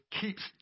keeps